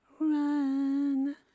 run